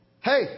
hey